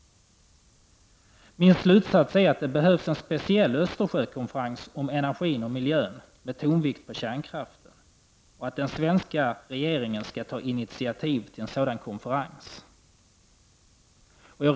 Min slutsats är att det behövs en speciell Östersjökonferens om energin och miljön med tonvikt på kärnkraften och att den svenska regeringen skall ta initiativ till en sådan konferens.